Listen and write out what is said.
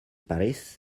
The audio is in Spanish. parís